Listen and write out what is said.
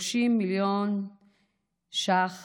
30 מיליון ש"ח